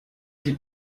did